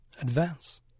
advance